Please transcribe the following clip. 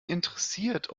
interessiert